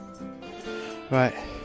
Right